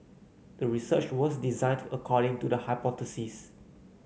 the research was designed according to the hypothesis